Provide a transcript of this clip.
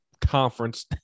conference